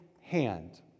hand